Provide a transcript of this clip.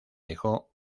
dejó